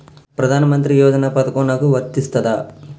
ప్రధానమంత్రి యోజన పథకం నాకు వర్తిస్తదా?